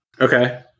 Okay